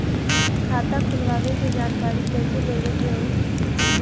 खाता खोलवावे के जानकारी कैसे लेवे के होई?